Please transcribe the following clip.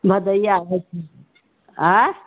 भदैया होइ छै आँय